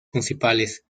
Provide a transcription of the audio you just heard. principales